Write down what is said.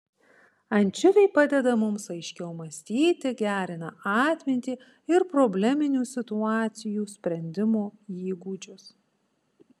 ančiuviai padeda mums aiškiau mąstyti gerina atmintį ir probleminių situacijų sprendimo įgūdžius